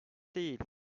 değil